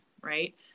right